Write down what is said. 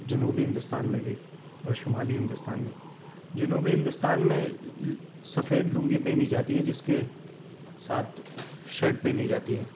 جنوبی ہندوستان میں بھی اور شمالی ہندوستان میں جنوبی ہندوستان میں سفید لنگی پہنی جاتی ہے جس کے ساتھ شرٹ پہنی جاتی ہے